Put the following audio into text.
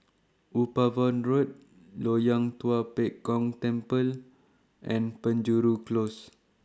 Upavon Road Loyang Tua Pek Kong Temple and Penjuru Close